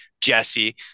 Jesse